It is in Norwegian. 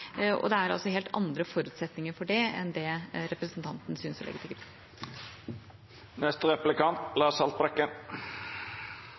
Det er helt andre forutsetninger for det enn det representanten synes å legge til grunn.